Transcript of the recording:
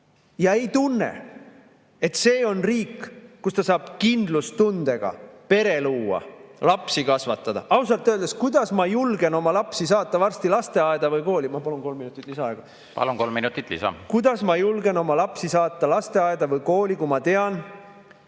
ja ei tunne, et see on riik, kus ta saab kindlustundega pere luua, lapsi kasvatada. Ausalt öeldes, kuidas ma julgen oma lapsi saata varsti lasteaeda või kooli ... Ma palun kolm minutit lisaaega. Palun, kolm minutit lisa! Kuidas ma julgen oma lapsi saata lasteaeda või kooli, kui ma tean,